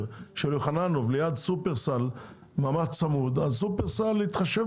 של יוחננוף ליד שופרסל ממש צמוד אז שופרסל יתחשב